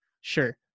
Sure